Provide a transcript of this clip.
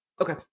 Okay